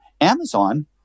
Amazon